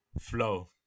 Flow